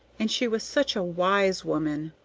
and she was such a wise woman!